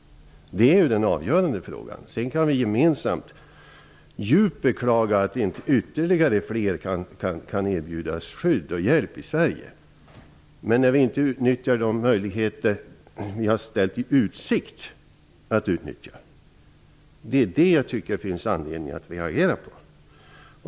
Detta är den avgörande frågan. Sedan kan vi alltså gemensamt och djupt beklaga att inte ytterligare personer kan erbjudas skydd och hjälp i Sverige. Men när man inte utnyttjar de möjligheter som man har ställt i utsikt att utnyttja tycker jag att det finns anledning att reagera.